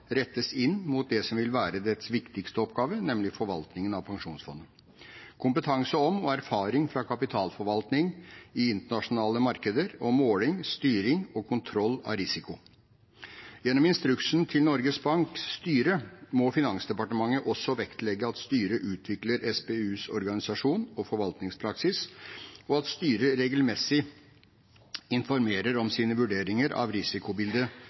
rettes inn mot det som vil være dets viktigste oppgave, nemlig forvaltningen av pensjonsfondet, kompetanse om og erfaring fra kapitalforvaltning i internasjonale markeder og måling, styring og kontroll av risiko. Gjennom instruksen til Norges Banks styre må Finansdepartementet også vektlegge at styret utvikler SPUs organisasjon og forvaltningspraksis, og at styret regelmessig informerer om sine vurderinger av risikobildet